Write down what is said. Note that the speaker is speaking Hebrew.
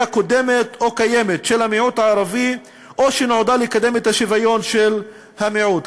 קודמת או קיימת של המיעוט או שנועדה לקדם את השוויון של המיעוט.